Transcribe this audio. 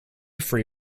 free